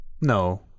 No